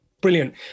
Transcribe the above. Brilliant